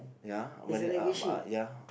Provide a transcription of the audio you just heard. ya mari~ uh uh ya